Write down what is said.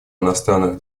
иностранных